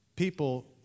People